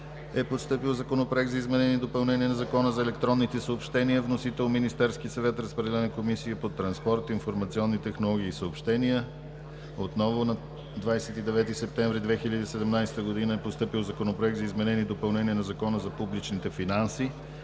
е постъпил Законопроект за изменение и допълнение на Закона за електронните съобщения. Вносител е Министерският съвет. Разпределен е на Комисията по транспорт, информационни технологии и съобщения. На 29 септември 2017 г. е постъпил Законопроект за изменение и допълнение на Закона за публичните финанси.